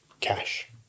cash